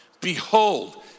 behold